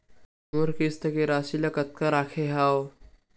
मोर किस्त के राशि ल कतका रखे हाव?